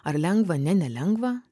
ar lengva ne nelengva